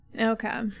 Okay